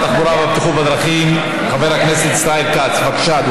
ישירה של יחסה לשאלה הפלסטינית, זו תוצאה ישירה של